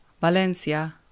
Valencia